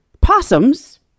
possums